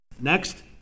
Next